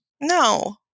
No